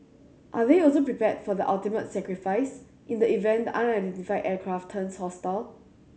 are they also prepared for the ultimate sacrifice in the event the unidentified aircraft turns hostile